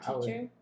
teacher